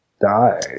die